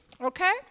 Okay